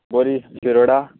बोरीं शिरोडा